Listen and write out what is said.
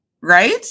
right